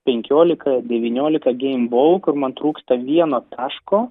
penkiolika devyniolika geim bau kur man trūksta vieno taško